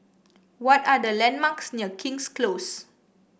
what are the landmarks near King's Close